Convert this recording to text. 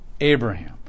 Abraham